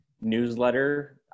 newsletter